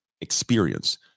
experience